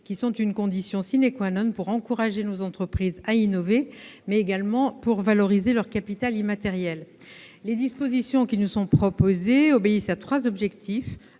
propriété, condition tant pour encourager nos entreprises à innover que pour valoriser leur capital immatériel. Les dispositions qui nous sont proposées obéissent à trois objectifs